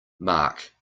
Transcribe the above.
marc